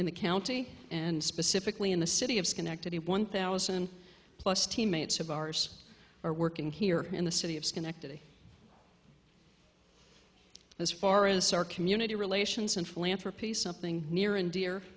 in the county and specifically in the city of schenectady one thousand plus teammates of ours are working here in the city of schenectady as far as our community relations and philanthropy something near and dear